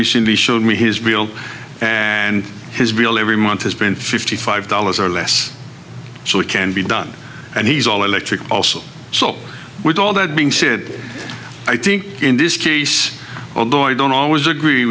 recently showed me his bill and his bill every month has been fifty five dollars or less so it can be done and he's all electric also so with all that being said i think in this case although i don't always agree